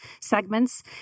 segments